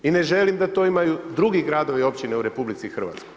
I ne želim da to imaju drugi gradovi, općine u RH.